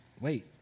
wait